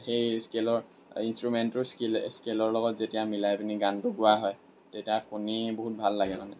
সেই স্কেলৰ ইনষ্টুমেণ্টটোৰ স্কেলৰ লগত যেতিয়া মিলাই পিনি গানটো গোৱা হয় তেতিয়া শুনি বহুত ভাল লাগে মানে